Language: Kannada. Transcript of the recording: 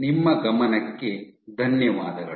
ನಿಮ್ಮ ಗಮನಕ್ಕೆ ಧನ್ಯವಾದಗಳು